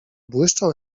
błyszczał